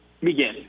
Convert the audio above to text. begin